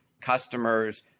customers